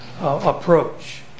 approach